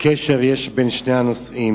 קשר יש בין שני הנושאים?